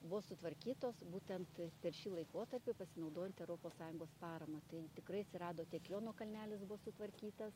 buvo sutvarkytos būtent per šį laikotarpį pasinaudojant europos sąjungos parama tai tikrai atsirado tiek jono kalnelis buvo sutvarkytas